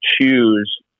choose